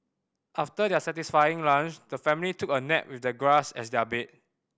after their satisfying lunch the family took a nap with the grass as their bed